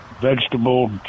vegetable